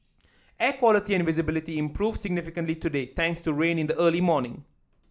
air quality and visibility improved significantly today thanks to rain in the early morning